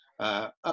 up